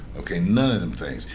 okay none of them things.